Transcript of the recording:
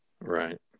Right